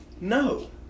No